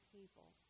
people